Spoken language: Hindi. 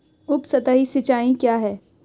उपसतही सिंचाई क्या है?